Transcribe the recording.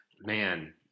man